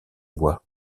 bois